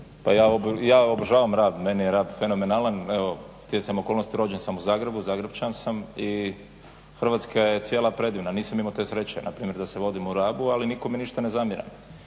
Ja obožavam Rab, meni je Rab fenomenalan. Evo stjecanjem okolnosti rođen sam u Zagrebu, Zagrepčanin sam i Hrvatska je cijela predivna, nisam imao te sreće da se vodim u Rabu ali nitko mi ništa ne zamjera